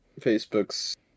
Facebook's